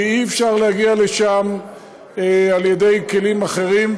כי אי-אפשר להגיע לשם על ידי כלים אחרים.